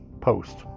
post